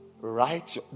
right